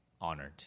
honored